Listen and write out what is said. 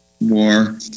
war